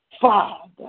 Father